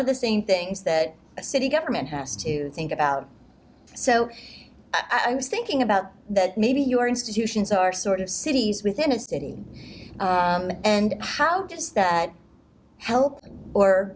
of the same things that a city government has to think about so i was thinking about that maybe your institutions are sort of cities within a city and how does that help or